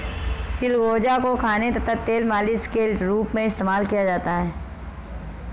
चिलगोजा को खाने तथा तेल मालिश के रूप में इस्तेमाल किया जाता है